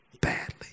badly